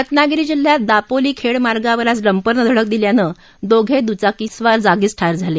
रत्नागिरी जिल्ह्यात दापोली खेड मार्गावर आज डम्परनं धडक दिल्यानं दोघे दुचाकीस्वार जागीच ठार झाले